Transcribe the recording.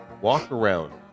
walk-around